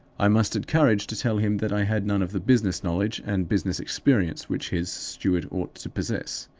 i mustered courage to tell him that i had none of the business knowledge and business experience which his steward ought to possess.